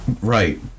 Right